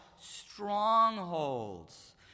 strongholds